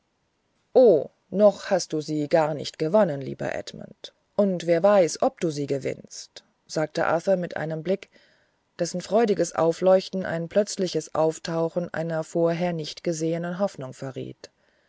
o noch hast du sie gar nicht gewonnen guter edmund und wer weiß ob du sie gewinnst sagte arthur mit einem blick dessen freudiges aufleuchten ein plötzliches auftauchen einer vorher nicht gesehenen hoffnung verriet